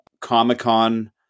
Comic-Con